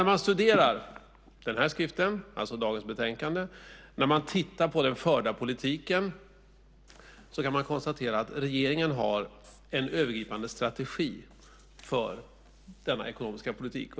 När man studerar dagens betänkande och när man tittar på den förda politiken kan man konstatera att regeringen har en övergripande strategi för denna ekonomiska politik.